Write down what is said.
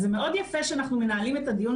אז זה מאוד יפה שאנחנו מנהלים את הדיון